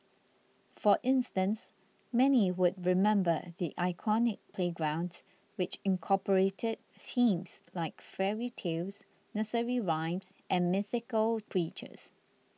for instance many would remember the iconic playgrounds which incorporated themes like fairy tales nursery rhymes and mythical creatures